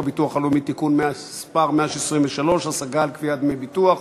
הביטוח הלאומי (תיקון מס' 123) (השגה על קביעת דמי ביטוח),